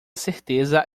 certeza